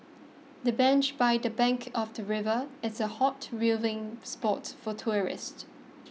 the bench by the bank of the river is a hot viewing spot for tourists